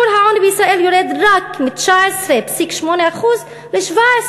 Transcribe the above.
שיעור העוני בישראל יורד רק מ-19.8% ל-17.8%.